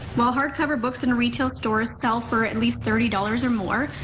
while hardcover books in retail stores sell for at least thirty dollars or more,